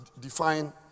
define